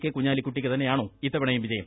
K കുഞ്ഞാലിക്കുട്ടിക്ക് തന്നെയാണോ ഇത്തവണയും വിജയം